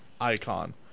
icon